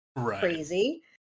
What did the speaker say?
Crazy